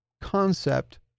concept